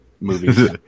movies